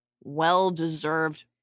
well-deserved